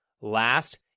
Last